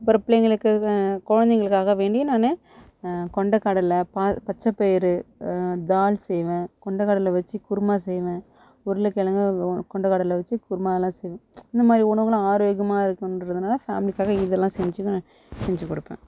அப்புறம் பிள்ளைங்களுக்கு குழந்தைகளுக்காக வேண்டி நான் கொண்டக்கடலை பச்சைப்பயிரு தால் செய்வேன் கொண்டக்கடலை வைச்சி குருமா செய்வேன் உருளக்கிழங்கு கொண்டைக்கடல வைச்சி குருமாலாம் செய்வேன் இந்தமாதிரி உணவுகள்லாம் ஆரோக்கியமாக இருக்கின்றதுனால ஃபேமிலிக்காக இதெல்லாம் செஞ்சு நான் செஞ்சு கொடுப்பேன்